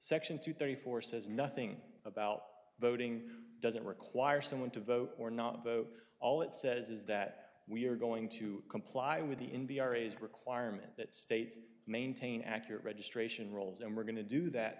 section two thirty four says nothing about voting doesn't require someone to vote or not though all it says is that we are going to comply with the in the arias requirement that states maintain accurate registration rolls and we're going to do that